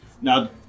now